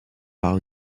par